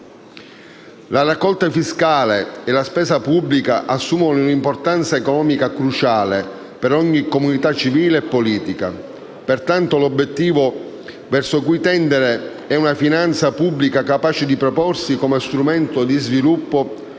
La raccolta fiscale e la spesa pubblica assumono un'importanza economica cruciale per ogni comunità civile e politica; pertanto, l'obiettivo verso cui tendere è una finanza pubblica capace di proporsi come strumento di sviluppo